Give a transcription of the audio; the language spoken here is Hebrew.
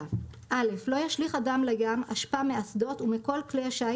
לידה 4. (א) לא ישליך אדם לים אשפה כלשהי מאסדות ומכל כלי השיט